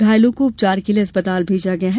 घायलों को उपचार के लिये अस्पताल भेजा गया है